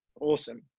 awesome